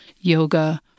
yoga